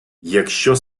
якщо